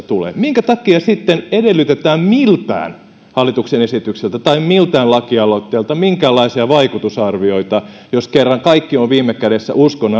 tulee minkä takia sitten edellytetään miltään hallituksen esitykseltä tai miltään lakialoitteelta minkäänlaisia vaikutusarvioita jos kerran kaikki ovat viime kädessä uskon